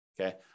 Okay